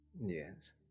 Yes